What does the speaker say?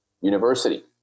University